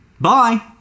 Bye